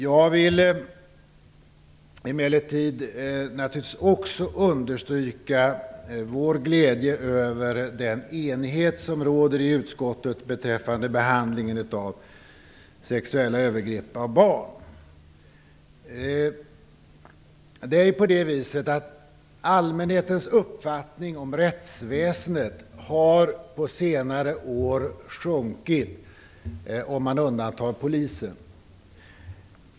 Jag vill emellertid naturligtvis understryka vår glädje över den enighet som råder i utskottet beträffande behandlingen av sexuella övergrepp mot barn. Allmänhetens uppfattning om rättsväsendet har på senare år sjunkit, om man undantar polisen.